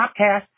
podcast